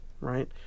right